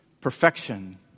perfection